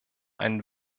einen